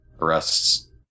arrests